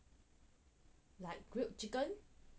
like grilled chicken